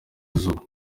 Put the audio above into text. izuba